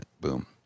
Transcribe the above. Boom